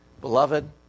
Beloved